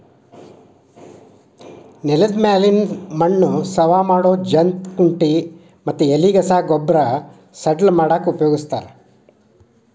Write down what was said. ನೆಲದ ಮ್ಯಾಲಿನ ಮಣ್ಣ ಸವಾ ಮಾಡೋ ಜಂತ್ ಕುಂಟಿ ಮತ್ತ ಎಲಿಗಸಾ ಗೊಬ್ಬರ ಸಡ್ಲ ಮಾಡಾಕ ಉಪಯೋಗಸ್ತಾರ